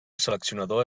seleccionador